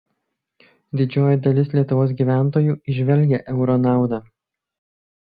didžioji dalis lietuvos gyventojų įžvelgia euro naudą